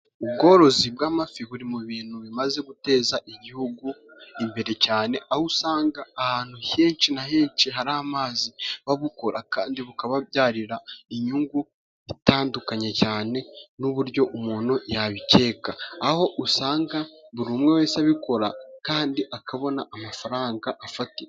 Ubworozi bw'amafi buri mu bintu bimaze guteza igihugu imbere cyane aho usanga ahantu henshi na henshi hari amazi babukora kandi bukababyarira inyungu itandukanye cyane n'uburyo umuntu yabikeka aho usanga buri umwe wese abikora kandi akabona amafaranga afatika.